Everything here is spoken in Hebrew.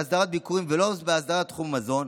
בהסדרת ביקורים ולא בהסדרת תחום מזון,